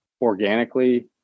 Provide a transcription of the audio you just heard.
organically